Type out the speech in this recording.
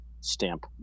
Stamp